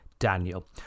Daniel